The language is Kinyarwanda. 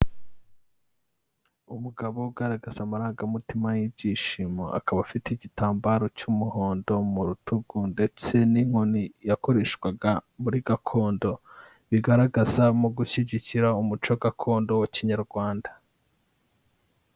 Umugabo ugaragaza amarangamutima y'ibyishimo akaba afite igitambaro cy'umuhondo mu rutugu ndetse n'inkoni yakoreshwaga muri gakondo, bigaragaza mu gushyigikira umuco gakondo wa kinyarwanda.